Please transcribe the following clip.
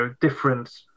different